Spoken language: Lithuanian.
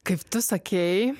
kaip tu sakei